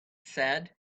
said